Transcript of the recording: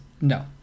No